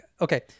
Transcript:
Okay